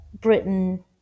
Britain